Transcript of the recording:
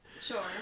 Sure